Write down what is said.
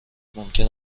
ممکن